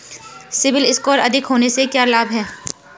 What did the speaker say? CIBIL score अधिक होने से क्या लाभ हैं?